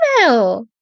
email